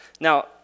Now